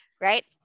right